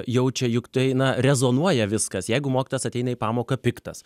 jaučia juk tai na rezonuoja viskas jeigu mokytojas ateina į pamoką piktas